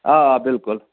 آ بالکل